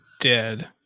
Dead